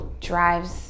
drives